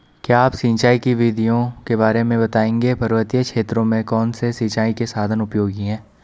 क्या आप सिंचाई की विधियों के बारे में बताएंगे पर्वतीय क्षेत्रों में कौन से सिंचाई के साधन उपयोगी हैं?